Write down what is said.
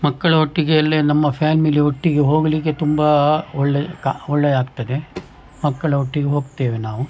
ಮಕ್ಕಳ ಒಟ್ಟಿಗೆ ಅಲ್ಲೆ ನಮ್ಮ ಫ್ಯಾಮಿಲಿ ಒಟ್ಟಿಗೆ ಹೋಗ್ಲಿಕ್ಕೆ ತುಂಬ ಒಳ್ಳೆ ಕಾ ಒಳ್ಳೆ ಆಗ್ತದೆ ಮಕ್ಕಳ ಒಟ್ಟಿಗೆ ಹೋಗ್ತೇವೆ ನಾವು